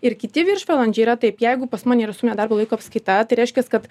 ir kiti viršvalandžiai yra taip jeigu pas mane yra suminė darbo laiko apskaita tai reiškias kad